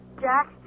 Jack